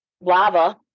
lava